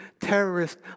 terrorist